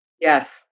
Yes